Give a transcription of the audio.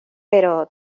pero